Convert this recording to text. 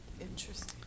interesting